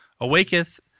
awaketh